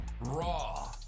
raw